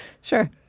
Sure